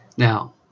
Now